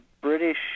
British